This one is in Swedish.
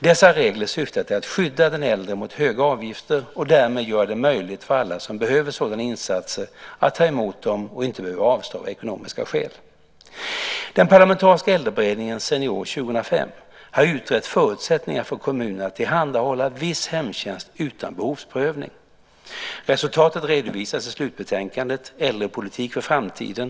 Dessa regler syftar till att skydda den äldre mot för höga avgifter och därmed göra det möjligt för alla som behöver sådana insatser att ta emot dem och inte behöva avstå av ekonomiska skäl. Den parlamentariska äldreberedningen Senior 2005 har utrett förutsättningarna för kommunerna att tillhandahålla viss hemtjänst utan behovsprövning. Resultatet redovisas i slutbetänkandet Äldrepolitik för framtiden.